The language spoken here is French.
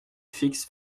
fixe